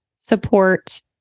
support